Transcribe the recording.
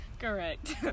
Correct